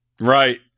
Right